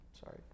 sorry